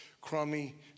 crummy